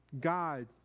God